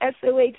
SOH